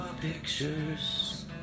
pictures